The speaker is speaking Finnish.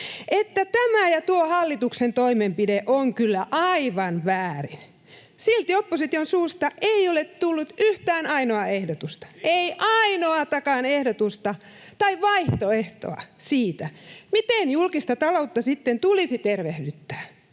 tämä ja tuo hallituksen toimenpide on kyllä aivan väärin. Silti opposition suusta ei ole tullut yhtään ainoaa ehdotusta, ei ainoatakaan ehdotusta tai vaihtoehtoa siitä, miten julkista taloutta sitten tulisi tervehdyttää.